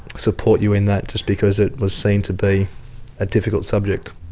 support you in that just because it was seen to be a difficult subject.